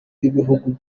b’ibihugu